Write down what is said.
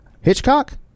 Hitchcock